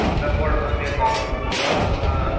motherboard मध्ये problem अस्ति वा अथवा